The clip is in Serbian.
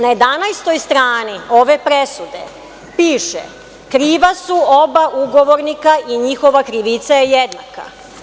Na jedanaestoj strani ove presude piše – kriva su oba ugovornika i njihova krivica je jednaka.